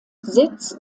sitz